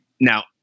now